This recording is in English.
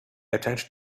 attention